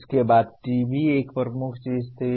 इसके बाद TV एक प्रमुख चीज थी